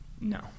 no